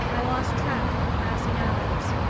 i lost track of the passing hours.